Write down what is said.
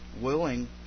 willing